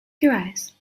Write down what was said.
gerais